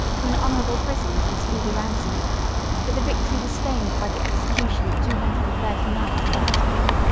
to an honorable prison and speedy ransom but the victory was stained by the execution of two hundred and thirty knights of the hospital,